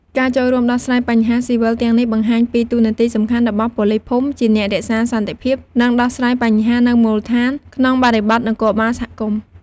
ការចូលរួមដោះស្រាយបញ្ហាស៊ីវិលទាំងនេះ បង្ហាញពីតួនាទីសំខាន់របស់ប៉ូលីសភូមិជាអ្នករក្សាសន្តិភាព និងដោះស្រាយបញ្ហានៅមូលដ្ឋាន ក្នុងបរិបទនគរបាលសហគមន៍។